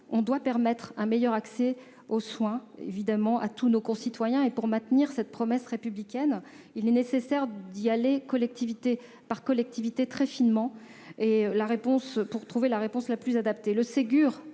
permettre un meilleur accès aux soins à tous nos concitoyens. Pour maintenir cette promesse républicaine, il est nécessaire de travailler collectivité par collectivité, très finement pour trouver la réponse la plus adaptée.